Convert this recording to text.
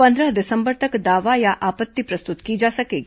पन्द्रह दिसंबर तक दावा या आपत्ति प्रस्तुत की जा सकेगी